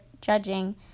judging